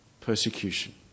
persecution